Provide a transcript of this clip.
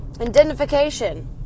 identification